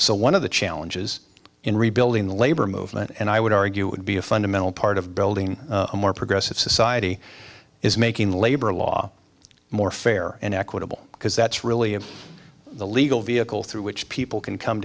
so one of the challenges in rebuilding the labor movement and i would argue would be a fundamental part of building a more progressive society is making labor law more fair and equitable because that's really of the legal vehicle through which people can come